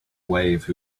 wave